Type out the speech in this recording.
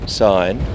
sign